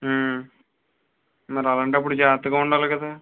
మరి అలాంటప్పుడు జాగ్రత్తగా ఉండాలికదా